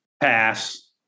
Pass